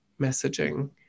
messaging